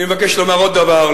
אני מבקש לומר עוד דבר,